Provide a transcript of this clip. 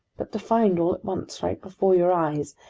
but to find, all at once, right before your eyes,